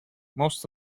most